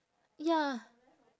ya